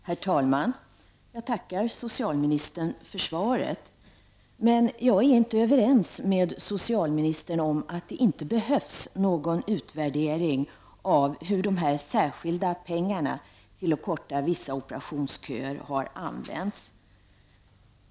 Herr talman! Jag tackar socialministern för svaret. Jag är emellertid inte överens med socialministern om att det inte behövs någon utvärdering av hur de särskilda pengar som har avsatts i syfte att korta operationsköerna har använts.